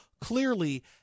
clearly